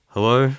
Hello